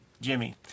Jimmy